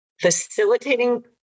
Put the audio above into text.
facilitating